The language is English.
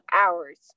hours